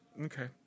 okay